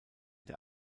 der